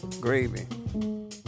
Gravy